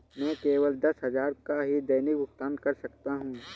मैं केवल दस हजार का ही दैनिक भुगतान कर सकता हूँ